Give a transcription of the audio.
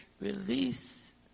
release